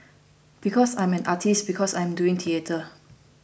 because I am an artist because I am doing theatre